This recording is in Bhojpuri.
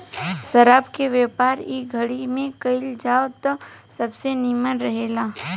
शराब के व्यापार इ घड़ी में कईल जाव त सबसे निमन रहेला